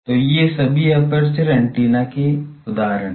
तो ये सभी एपर्चर एंटीना के उदाहरण हैं